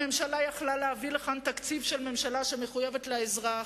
הממשלה יכלה להביא לכאן תקציב של ממשלה שמחויבת לאזרח,